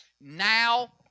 now